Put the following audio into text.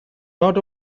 not